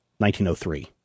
1903